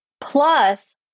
plus